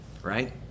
right